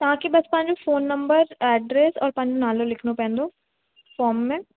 तव्हांखे बसि पंहिंजो फ़ोन नम्बर एड्रस और पंहिंजो नालो लिखिणो पवंदो फ़ोर्म में